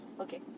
Okay